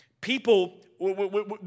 People